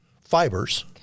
fibers